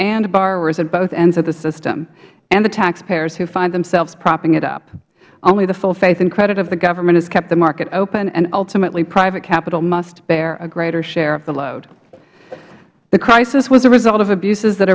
borrowers at both ends of the system and the taxpayers who find themselves propping it up only the full faith and credit of the government has kept the market open and ultimately private capital must bear a greater share of the load the crisis was a result of abuses that